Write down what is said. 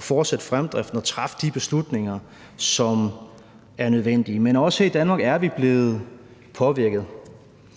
fortsætte fremdriften og træffe de beslutninger, som er nødvendige. Men også her i Danmark er vi blevet påvirket.